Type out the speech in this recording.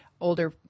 older